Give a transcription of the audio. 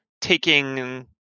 taking